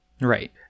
right